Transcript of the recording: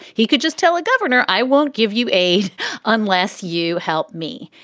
he could just tell a governor, i won't give you aid unless you help me.